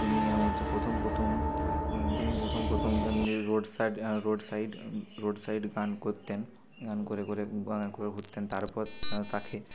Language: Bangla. তিনি হচ্ছেন প্রথম প্রথম তিনি প্রথম প্রথম road side road side road side গান করতেন গান করে করে গান করে ঘুরতেন তার উপর তা তাখে